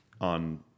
on